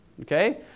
Okay